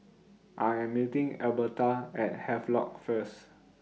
I Am meeting Elberta At Havelock First